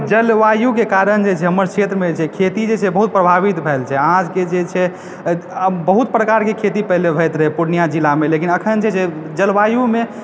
जलवायुके कारण जे छै हमर क्षेत्रमे जे छै खेती जे छै बहुत प्रभावित भेल छै अहाँके जे छै बहुत प्रकारके खेती पहिले होयत रहै पूर्णिया जिलामे लेकिन अखैन जे छै जलवायुमे